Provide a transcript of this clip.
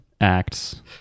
acts